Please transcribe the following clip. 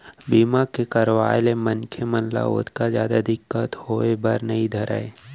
बीमा के करवाय ले मनखे मन ल ओतका जादा दिक्कत होय बर नइ धरय